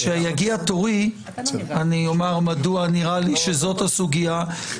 כשיגיע תורי אני אומר מדוע נראה לי שזאת הסוגיה.